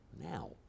now